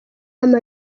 nama